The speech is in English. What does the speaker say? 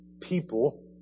people